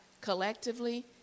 collectively